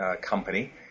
company